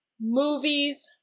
movies